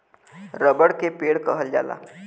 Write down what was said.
रबड़ के पेड़ कहल जाला